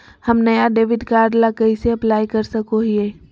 हम नया debit card ला कइसे अप्लाई कर सको हियै?